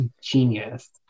genius